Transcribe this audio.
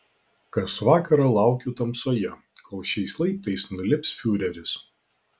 kas vakarą laukiu tamsoje kol šiais laiptais nulips fiureris